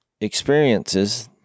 experiences